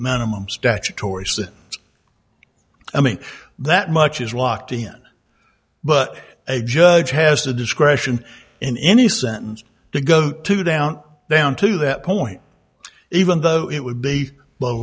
minimum statutory so that i mean that much is locked in but a judge has the discretion in any sentence to go to down down to that point even though it would be low